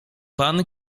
pan